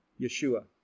Yeshua